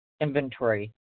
inventory